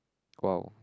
!wow!